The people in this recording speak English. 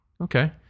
Okay